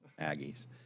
Aggies